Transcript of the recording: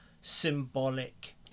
symbolic